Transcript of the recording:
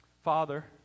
Father